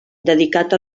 dedicat